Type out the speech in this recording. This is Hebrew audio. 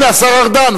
הנה השר ארדן,